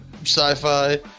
sci-fi